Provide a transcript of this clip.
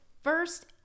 first